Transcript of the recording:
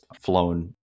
flown